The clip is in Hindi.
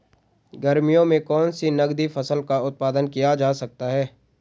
गर्मियों में कौन सी नगदी फसल का उत्पादन किया जा सकता है?